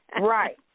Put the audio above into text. Right